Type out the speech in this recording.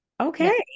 Okay